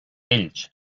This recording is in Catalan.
ells